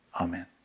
amen